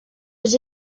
aux